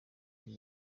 iki